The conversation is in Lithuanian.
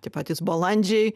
tie patys balandžiai